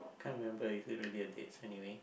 I can't remember is it really a date anyway